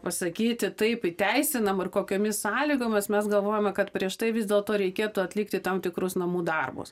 pasakyti taip įteisinam ir kokiomis sąlygomis mes galvojome kad prieš tai vis dėlto reikėtų atlikti tam tikrus namų darbus